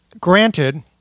Granted